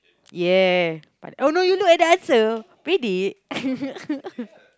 ya but oh no you look at the answer bedek